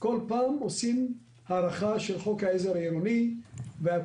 כל פעם עושים הארכה של חוק העזר העירוני וכל